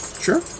Sure